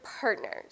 partners